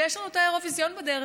ויש לנו את האירוויזיון בדרך,